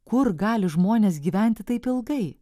kur gali žmonės gyventi taip ilgai